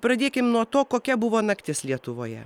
pradėkim nuo to kokia buvo naktis lietuvoje